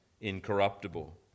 incorruptible